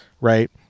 right